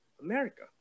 America